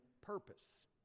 purpose